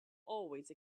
always